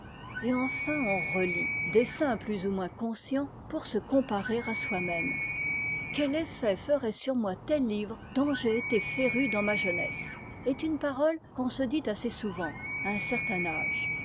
et enfin on relit dessein plus ou moins conscient pour se comparer à soi-même quel effet ferait sur moi tel livre dont j'ai été féru dans ma jeunesse est une parole qu'on se dit assez souvent à un certain âge